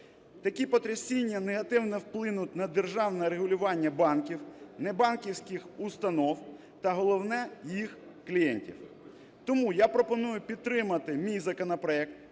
Такі потрясіння негативно вплинуть на державне регулювання банків, небанківських установ та головне – їх клієнтів. Тому я пропоную підтримати мій законопроект